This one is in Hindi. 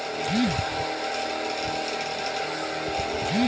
मानक कंपनी बैलेंस शीट के दो फ्लू होते हैं